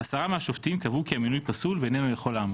10 מהשופטים קבעו כי המינוי פסול ואיננו יכול לעמוד.